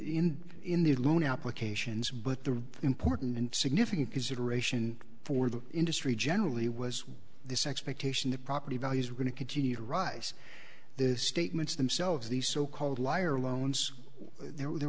in in the loan applications but the important and significant consideration for the industry generally was this expectation that property values are going to continue to rise this statements themselves these so called liar loans there were